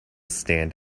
stand